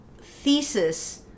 thesis